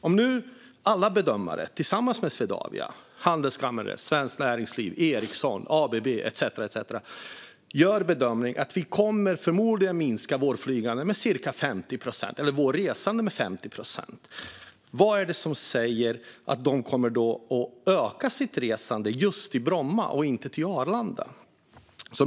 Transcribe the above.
Om nu alla bedömare - handelskammaren, Svenskt Näringsliv, Ericsson, ABB etcetera - tillsammans med Swedavia gör bedömningen att vi förmodligen kommer att minska vårt flygande eller resande med cirka 50 procent, vad är det som säger att vi kommer att öka vårt resande just till Bromma och inte till Arlanda?